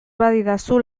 badidazu